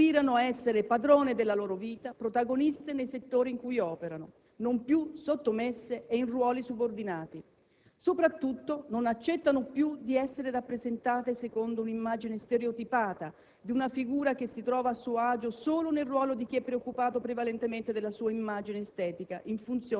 aspirano a essere padrone della loro vita, protagoniste nei settori in cui operano, non più sottomesse e in ruoli subordinati. Soprattutto, non accettano più di essere rappresentate secondo un'immagine stereotipata di una figura che si trova a suo agio solo nel ruolo di chi è preoccupato prevalentemente della sua immagine estetica in